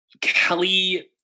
Kelly